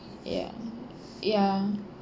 ya ya